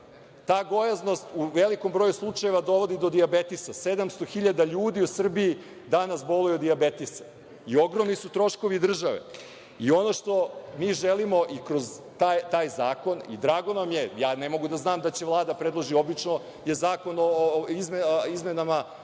Ta gojaznost u velikom broju slučajeva dovodi do dijabetesa, 700.000 ljudi u Srbiji danas boluje od dijabetesa i ogromni su troškovi države. Ono što mi želimo i kroz taj zakon i drago nam je, ja ne mogu da znam da će Vlada da predloži, obično je zakon o izmenama akciza